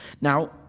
Now